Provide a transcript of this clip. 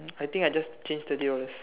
I think I just change thirty dollars